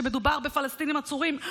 כשמדובר בפלסטינים עצורים,